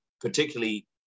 particularly